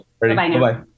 Bye-bye